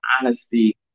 honesty